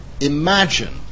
imagine